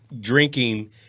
drinking